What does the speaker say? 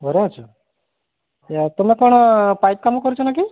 ଘରେ ଅଛ ଏ ତୁମେ କ'ଣ ପାଇପ୍ କାମ କରୁଛ ନା କି